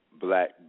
Black